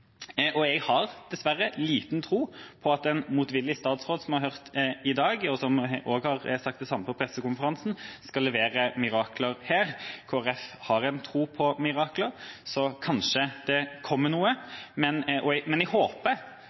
Jeg har dessverre liten tro på at en motvillig statsråd, som vi har hørt i dag, og som også har sagt det samme på pressekonferansen, skal levere mirakler her. Kristelig Folkeparti har en tro på mirakler, så kanskje det kommer noe, men jeg håper at dette vil bli tatt seriøst av regjeringa. Jeg håper